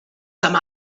some